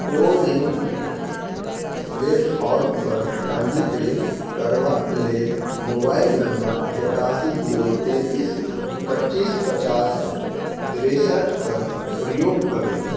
को विन प्लेटफार्म पर पञ्जीकृत करबाक लेल मोबाइल नंबर एकासी जीरो तैतीस पचीस पचास तिरेसठके प्रयोग करू